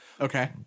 Okay